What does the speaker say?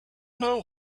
know